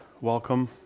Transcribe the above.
welcome